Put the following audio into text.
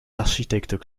architectes